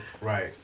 Right